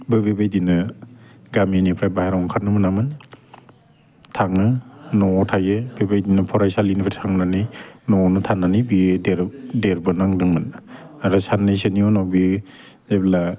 बेबो बेबायदिनो गामिनिफ्राय बायहेराव ओंखारनो मोनामोन थारनो न'आव थायो बेबायदिनो फरायसालिनिफ्राय थांनानै न'वावनो थानानै बेयो देरबोनांदोंमोन आरो साननाैसोनि उनाव बेयो जेब्ला